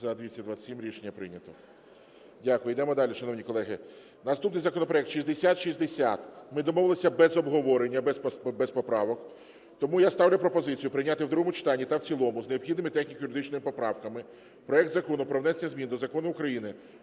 За-227 Рішення прийнято. Дякую. Йдемо далі, шановні колеги, наступний законопроект 6060. Ми домовились без обговорення, без поправок. Тому я ставлю пропозицію прийняти в другому читанні та в цілому з необхідними техніко-юридичними поправками проект Закону про внесення змін до Закону України